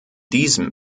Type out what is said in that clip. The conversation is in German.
diesem